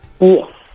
Yes